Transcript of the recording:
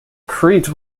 crete